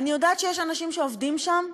אני יודעת שיש אנשים שעובדים שם,